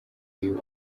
uyu